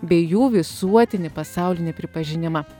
bei jų visuotinį pasaulinį pripažinimą